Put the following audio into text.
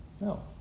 No